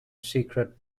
secret